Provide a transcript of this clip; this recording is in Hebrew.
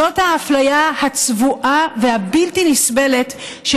זאת האפליה הצבועה והבלתי-נסבלת של